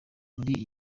muri